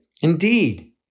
Indeed